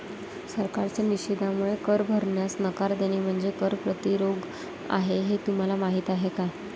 सरकारच्या निषेधामुळे कर भरण्यास नकार देणे म्हणजे कर प्रतिरोध आहे हे तुम्हाला माहीत आहे का